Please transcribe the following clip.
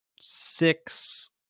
six